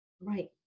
Right